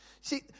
See